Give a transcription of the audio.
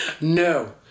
no